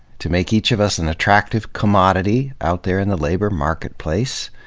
to make each of us an attractive commodity out there in the labor marketplace,